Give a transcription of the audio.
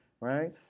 right